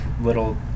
little